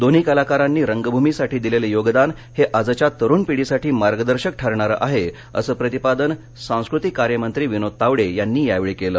दोन्ही कलाकारांनी रंगभूमीसाठी दिलेले योगदान हे आजच्या तरुण पिढीसाठी मार्गदर्शक ठरणारं आहे असं प्रतिपादन सांस्कृतिक कार्यमंत्री विनोद तावडे यांनी यावेळी केलं